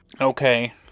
Okay